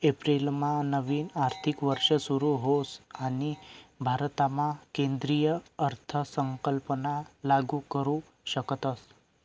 एप्रिलमा नवीन आर्थिक वर्ष सुरू होस आणि भारतामा केंद्रीय अर्थसंकल्प लागू करू शकतस